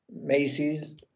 Macy's